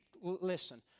Listen